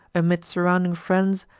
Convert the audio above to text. amid surrounding friends,